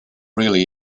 really